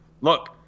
Look